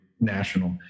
national